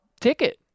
ticket